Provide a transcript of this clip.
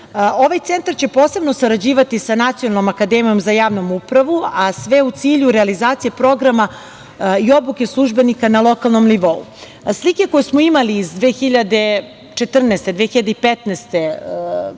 Ovaj centar će posebno sarađivati sa Nacionalnom akademijom za javnu upravu, a sve u cilju realizacije programa i obuke službenika na lokalnom nivou. Slike koje smo imali iz 2014. i 2015.